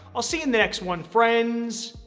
i'll see you next one friends.